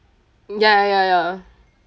ya ya ya ya